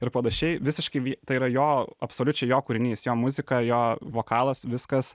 ir panašiai visiškai tai yra jo absoliučiai jo kūrinys jo muzika jo vokalas viskas